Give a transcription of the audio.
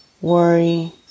worry